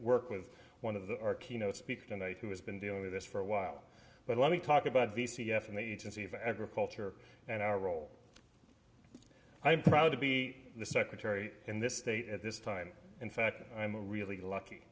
work with one of the our keynote speakers tonight who has been dealing with this for a while but let me talk about b c f and the agency of agriculture and our role i'm proud to be the secretary in this state at this time in fact i'm really lucky